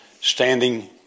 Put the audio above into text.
standing